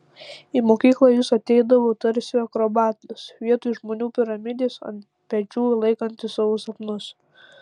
į mokyklą jis ateidavo tarsi akrobatas vietoj žmonių piramidės ant pečių laikantis savo sapnus